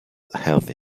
health